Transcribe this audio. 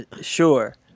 sure